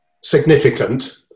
significant